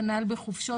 כנ"ל בחופשות,